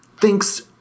thinks